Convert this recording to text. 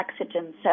oxygen